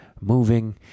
moving